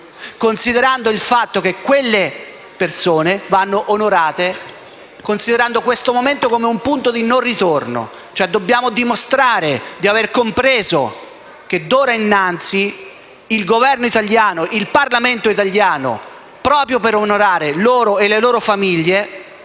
considerando il fatto che quelle persone vanno onorate, considerando questo momento come un punto di non ritorno. Dobbiamo dimostrare di aver compreso che d'ora innanzi il Governo e il Parlamento italiani, proprio per onorare loro e le loro famiglie,